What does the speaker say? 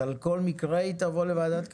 אז על כל מקרה היא תבוא לוועדת הכלכלה?